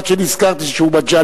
עד שנזכרתי שהוא מגלי